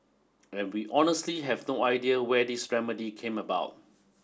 and we honestly have no idea where this remedy came about